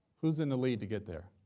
who's in the lead to get there?